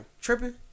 tripping